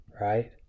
right